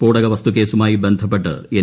സ്ഫോടക വസ്തുക്കേസുമായി ബന്ധപ്പെട്ട് എൻ